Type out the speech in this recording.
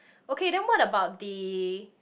okay then what about the